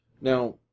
Now